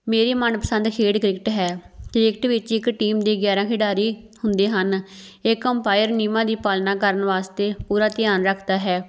ਮੇਰੀ ਮਨਪਸੰਦ ਖੇਡ ਕ੍ਰਿਕਟ ਹੈ ਕ੍ਰਿਕਟ ਵਿੱਚ ਇੱਕ ਟੀਮ ਦੇ ਗਿਆਰਾਂ ਖਿਡਾਰੀ ਹੁੰਦੇ ਹਨ ਇੱਕ ਅੰਪਾਇਰ ਨਿਯਮਾਂ ਦੀ ਪਾਲਣਾ ਕਰਨ ਵਾਸਤੇ ਪੂਰਾ ਧਿਆਨ ਰੱਖਦਾ ਹੈ